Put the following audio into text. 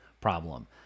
problem